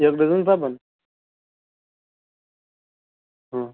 एक डझन साबण हा